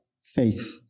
faith